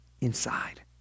inside